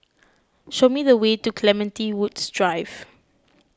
show me the way to Clementi Woods Drive